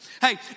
Hey